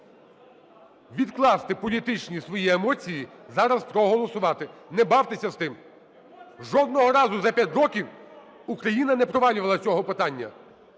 відкласти політичні свої емоції, зараз проголосувати, не бавтеся з тим. Жодного разу за 5 років Україна не провалювала цього питання.